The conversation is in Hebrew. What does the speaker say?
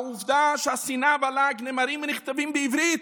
העובדה שהשנאה והלעג נאמרים ונכתבים בעברית,